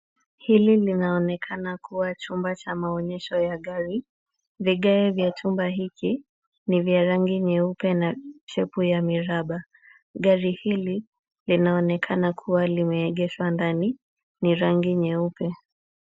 Hili linaonekana kuwa chumba cha maonyesho ya gari. Vigae vya chumba hiki ni vya rangi nyeupe na shepu ya miraba. Gari hili, linaonekana kuwa limeegeshwa ndani ni rangi nyeupe.